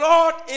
Lord